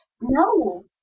No